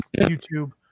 YouTube